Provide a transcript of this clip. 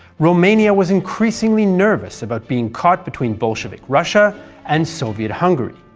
romania was increasingly nervous about being caught between bolshevik russia and soviet hungary.